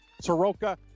Soroka